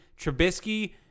Trubisky